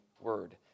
word